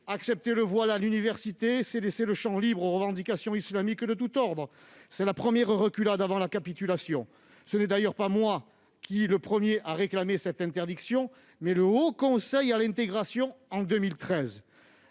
Accepter le voile à l'université, c'est laisser le champ libre aux revendications islamiques de tous ordres ; c'est la première reculade avant la capitulation ! Je ne suis d'ailleurs pas le premier à réclamer une telle interdiction ; le Haut Conseil à l'intégration l'avait